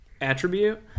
attribute